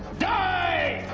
die!